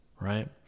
right